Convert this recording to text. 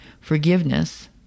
forgiveness